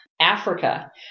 Africa